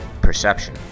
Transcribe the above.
perception